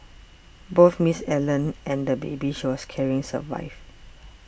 both Miss Allen and the baby she was carrying survived